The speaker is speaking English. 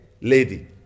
Lady